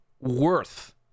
worth